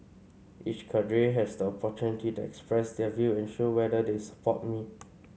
each cadre has the opportunity to express their view and show whether they support me